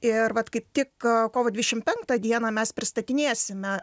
ir vat kaip tik kovo dvidešimt penktą dieną mes pristatinėsime